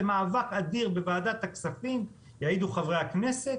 במאבק אדיר בוועדת הכספים יעידו חברי הכנסת